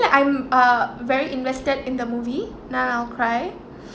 that I'm uh very invested in the movie then I'll cry